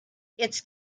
its